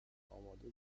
آماده